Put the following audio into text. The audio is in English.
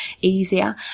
easier